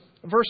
Verse